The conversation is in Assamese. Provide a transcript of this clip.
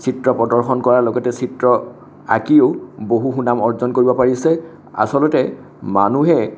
চিত্ৰ প্ৰদৰ্শন কৰাৰ লগতে চিত্ৰ আঁকিও বহু সুনাম অৰ্জন কৰিছে আচলতে মানুহে